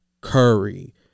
Curry